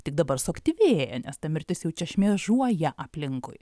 tik dabar suaktyvėja nes ta mirtis jau čia šmėžuoja aplinkui